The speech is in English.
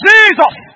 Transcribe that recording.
Jesus